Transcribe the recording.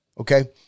okay